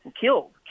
killed